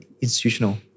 institutional